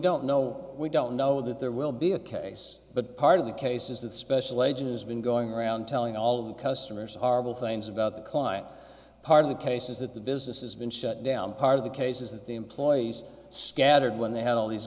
don't know we don't know that there will be a case but part of the case is that special agent has been going around telling all of the customers are will things about the client part of the case is that the business has been shut down part of the case is that the employees scattered when they had all these